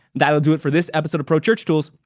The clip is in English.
that will do it for this episode of pro church tools,